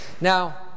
Now